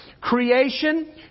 Creation